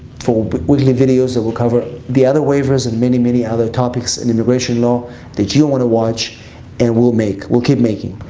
for but weekly videos that we'll cover, the other waivers and many, many other topics in immigration law that you don't want to watch and we'll make. we'll keep making.